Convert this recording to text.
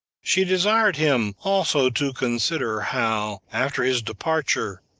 she desired him also to consider how, after his departure,